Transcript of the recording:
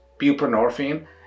buprenorphine